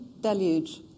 deluge